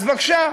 אז בבקשה,